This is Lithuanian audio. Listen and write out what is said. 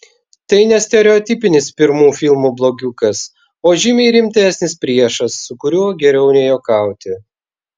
tai ne stereotipinis pirmų filmų blogiukas o žymiai rimtesnis priešas su kuriuo geriau nejuokauti